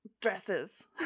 dresses